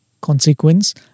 consequence